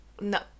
No